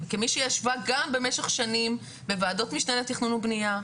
כמי שישבה גם במשך שנים בוועדות משנה לתכנון ולבנייה,